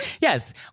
Yes